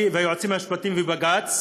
ובחוות הדעת של היועצים המשפטיים ובג"ץ